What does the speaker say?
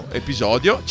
episodio